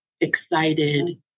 excited